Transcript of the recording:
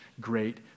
great